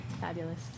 Fabulous